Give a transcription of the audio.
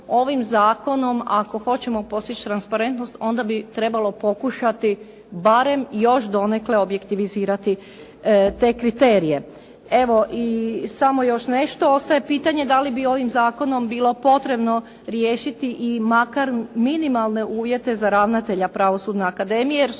ovim zakonom ako hoćemo postići transparentnost onda bi trebalo pokušati barem još donekle objektivizirati te kriterije. Evo, i samo još nešto. Ostaje pitanje da li bi ovim zakonom bilo potrebno riješiti i makar minimalne uvjete za ravnatelja Pravosudne akademije jer